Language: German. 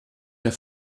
der